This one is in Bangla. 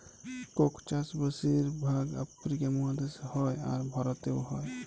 কোক চাষ বেশির ভাগ আফ্রিকা মহাদেশে হ্যয়, আর ভারতেও হ্য়য়